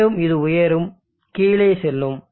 மீண்டும் இது உயரும் கீழே செல்லும்